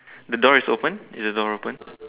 the door is open is the door open